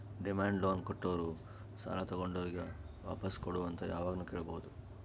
demand loan ಕೊಟ್ಟೋರು ಸಾಲ ತಗೊಂಡೋರಿಗ್ ವಾಪಾಸ್ ಕೊಡು ಅಂತ್ ಯಾವಾಗ್ನು ಕೇಳ್ಬಹುದ್